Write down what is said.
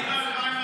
מי מנע ב-2013?